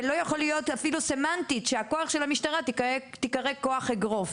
לא יכול להיות אפילו סמנטית שהכוח של המשטרה ייקרא כוח אגרוף.